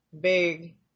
big